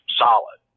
solid